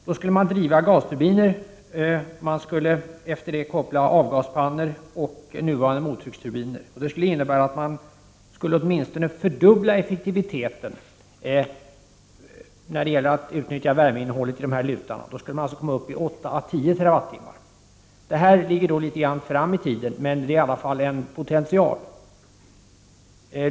Då skulle man driva gasturbiner, och man skulle efter det koppla in avgaspannor och nuvarande mottrycksturbiner. Det skulle innebära att man åtminstone skulle fördubbla effektiviteten när det gäller att utnyttja värmeinnehållet i dessa lutar. Man skulle alltså komma upp i 8 å 10 TWh. Detta ligger litet fram i tiden, men det är i alla fall en potential.